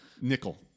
Nickel